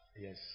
Yes